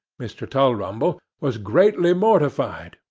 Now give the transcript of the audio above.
mr. tulrumble, was greatly mortified,